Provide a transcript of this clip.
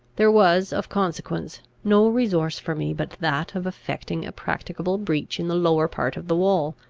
there was, of consequence, no resource for me but that of effecting a practicable breach in the lower part of the wall,